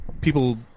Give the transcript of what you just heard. people